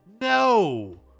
No